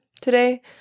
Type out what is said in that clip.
today